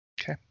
Okay